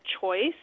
choice